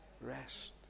Rest